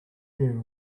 air